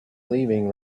leaving